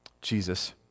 Jesus